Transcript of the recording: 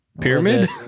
Pyramid